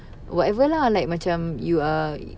whatever lah like macam you are